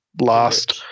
last